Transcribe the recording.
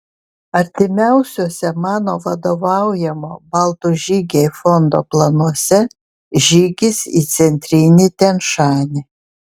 artimiausiuose mano vadovaujamo baltų žygiai fondo planuose žygis į centrinį tian šanį